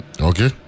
Okay